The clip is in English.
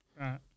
Right